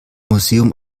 museum